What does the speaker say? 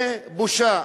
זה בושה,